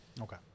Okay